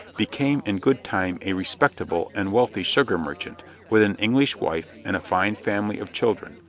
became in good time a respectable and wealthy sugar merchant with an english wife and a fine family of children,